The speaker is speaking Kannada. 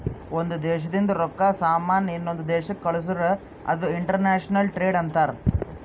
ಒಂದ್ ದೇಶದಿಂದ್ ರೊಕ್ಕಾ, ಸಾಮಾನ್ ಇನ್ನೊಂದು ದೇಶಕ್ ಕಳ್ಸುರ್ ಅದು ಇಂಟರ್ನ್ಯಾಷನಲ್ ಟ್ರೇಡ್ ಅಂತಾರ್